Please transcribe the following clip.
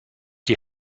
die